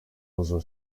uzun